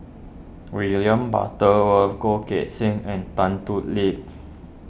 William Butterworth Goh Teck Sian and Tan Thoon Lip